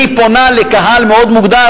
אני פונה לקהל מאוד מוגדר,